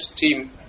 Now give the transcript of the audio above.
team